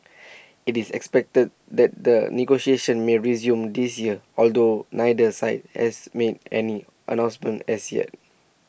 IT is expected that the negotiations may resume this year although neither side has made any announcements as yet